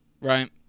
Right